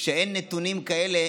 כשאין נתונים כאלה,